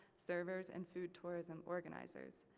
servers, and food tourism organizers.